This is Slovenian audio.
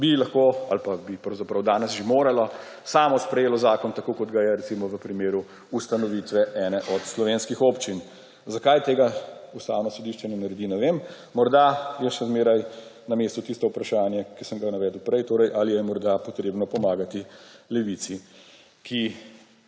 bi lahko ali pa bi danes že moralo samo sprejeti zakon, tako kot ga je v primeru ustanovitve ene od slovenskih občin. Zakaj tega Ustavno sodišče ne naredi, ne vem. Morda je še zmeraj na mestu tisto vprašanje, ki sem ga navedel prej, torej ali je morda potrebno pomagati levici, ki